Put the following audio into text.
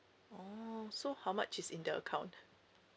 oh so how much is in the account